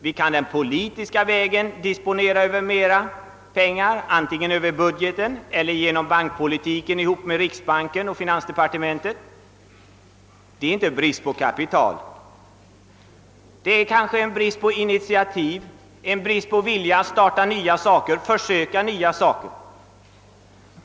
Vi kan den politiska vägen disponera över mera pengar antingen över budgeten eller bankpolitiskt tillsammans med riksbanken och finansdepartementet. Bristen gäller nu initiativ, viljan att starta nya företag och pröva nya vägar.